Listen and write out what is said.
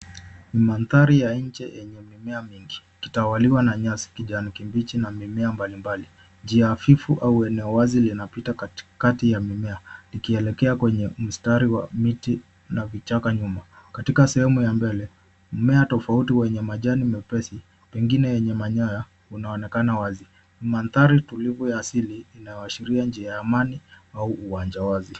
Ni mandhari ya nje yenye mimea mingi, ikitawaliwa na nyasi kijani kibichi na mimea mbalimbali. Njia hafifu au eneo wazi linapita katikati ya mimea likielekea kwenye mstari wa miti na vichaka nyuma. Katika sehemu ya mbele, mmea tofauti wenye majani mepesi pengine yenye manyoya unaonekana wazi. Mandhari tulivu ya asili inayoashiria njia ya amani au uwanja wazi.